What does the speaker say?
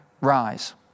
rise